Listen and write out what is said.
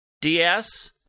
DS